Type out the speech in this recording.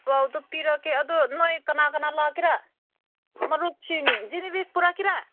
ꯄꯥꯎꯗꯨ ꯄꯤꯔꯛꯀꯦ ꯑꯗꯨ ꯅꯣꯏ ꯀꯅꯥ ꯀꯅꯥ ꯂꯥꯛꯀꯦꯔꯥ ꯃꯔꯨꯞꯁꯤꯡ ꯖꯤꯂꯤꯕꯤ ꯄꯨꯔꯛꯀꯦꯔꯥ